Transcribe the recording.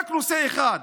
רק נושא אחד: